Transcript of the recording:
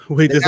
Wait